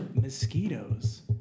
mosquitoes